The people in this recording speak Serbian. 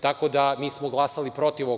Tako da mi smo glasali protiv ovog